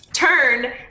turn